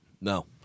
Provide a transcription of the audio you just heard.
No